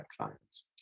clients